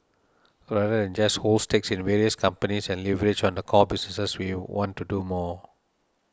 other than and just hold stakes in various companies and leverage on the core businesses we want to do more